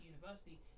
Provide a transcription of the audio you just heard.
university